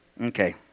Okay